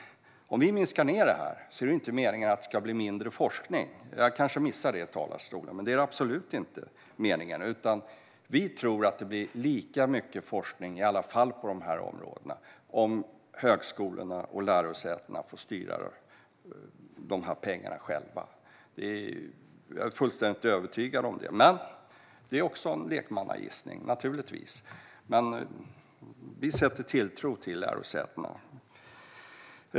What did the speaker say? Om vi minskar ned på detta är det absolut inte meningen att det ska bli mindre forskning; jag kanske missade det i talarstolen. Vi tror att det i alla fall blir lika mycket forskning på dessa områden om högskolorna och lärosätena får styra pengarna själva. Jag är fullständigt övertygad om det. Men det är naturligtvis också en lekmannagissning. Vi sätter tilltro till lärosätena.